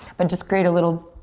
but just create a little